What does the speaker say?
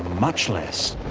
much less.